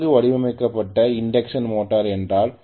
நன்கு வடிவமைக்கப்பட்ட induction motor என்றால்